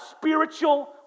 spiritual